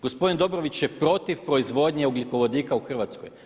Gospodin Dobrović je protiv proizvodnje ugljikovodika u Hrvatskoj.